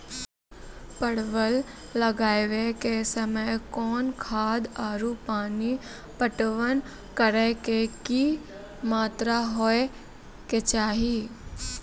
परवल लगाबै के समय कौन खाद आरु पानी पटवन करै के कि मात्रा होय केचाही?